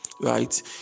right